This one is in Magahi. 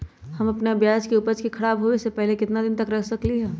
हम अपना प्याज के ऊपज के खराब होबे पहले कितना दिन तक रख सकीं ले?